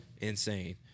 Insane